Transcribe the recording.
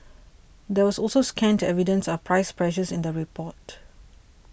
there was also scant the evidence of price pressures in the report